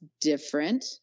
different